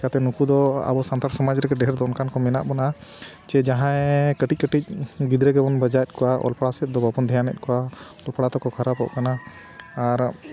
ᱪᱮᱠᱟᱛᱮ ᱱᱩᱠᱩ ᱫᱚ ᱟᱵᱚ ᱥᱟᱱᱛᱟᱲ ᱥᱚᱢᱟᱡᱽ ᱨᱮᱜᱮ ᱰᱷᱮᱨ ᱫᱚ ᱚᱱᱠᱟᱱ ᱠᱚ ᱢᱮᱱᱟᱜ ᱵᱚᱱᱟ ᱪᱮ ᱡᱟᱦᱟᱸᱭ ᱠᱟᱹᱴᱤᱡᱼᱠᱟᱹᱴᱤᱡ ᱜᱤᱫᱽᱨᱟᱹ ᱜᱮᱵᱚᱱ ᱵᱷᱮᱡᱟᱭᱮᱫ ᱠᱚᱣᱟ ᱚᱞ ᱯᱟᱲᱦᱟᱣ ᱥᱮᱫ ᱫᱚ ᱵᱟᱵᱚᱱ ᱫᱷᱮᱭᱟᱱ ᱮᱫ ᱠᱚᱣᱟ ᱚᱞ ᱯᱟᱲᱦᱟᱣ ᱛᱮᱠᱚ ᱠᱷᱟᱨᱟᱯᱚᱜ ᱠᱟᱱᱟ ᱟᱨ